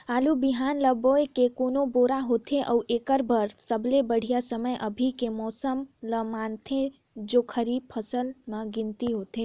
आलू बिहान ल बोये के कोन बेरा होथे अउ एकर बर सबले बढ़िया समय अभी के मौसम ल मानथें जो खरीफ फसल म गिनती होथै?